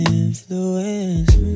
influence